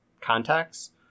contacts